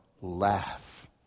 laugh